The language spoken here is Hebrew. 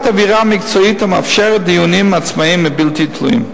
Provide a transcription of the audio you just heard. אווירה מקצועית המאפשרת דיונים עצמאיים ובלתי תלויים.